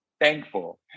thankful